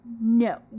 No